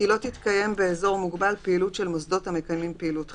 "כי לא תתקיים באזור מוגבל פעילות של מוסדות המקיימים פעילות חינוך".